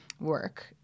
work –